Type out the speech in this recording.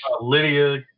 Lydia